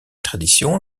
tradition